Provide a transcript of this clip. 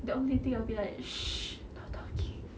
the only thing I'll be like shh no talking